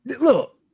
look